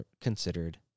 considered